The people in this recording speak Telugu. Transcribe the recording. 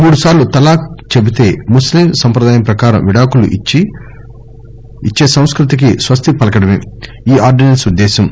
మూడు సార్లు తలాక్ చెబితే ముస్లిం సంప్రదాయం ప్రకారం విడాకులు ఇచ్చే సంస్కృతికి స్వస్తి పలకడమే ఈ ఆర్థినెన్స్ ఉద్దేశ్యం